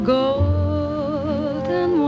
golden